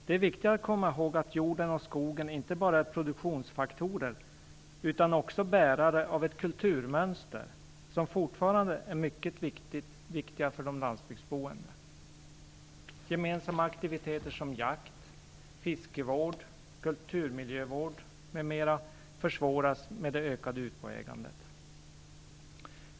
Det är viktigt att komma ihåg att jorden och skogen är inte bara produktionsfaktorer utan också bärare av kulturmönster som fortfarande är mycket viktiga för landsbygdsboende. Gemensamma aktiviteter som jakt, fiskevård, kulturmiljövård m.m. försvåras med det ökande utboägandet.